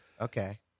Okay